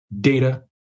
data